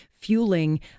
fueling